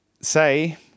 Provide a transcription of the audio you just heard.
say